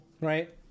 right